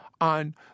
on